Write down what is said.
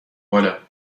بالا